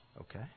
Okay